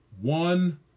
one